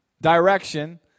direction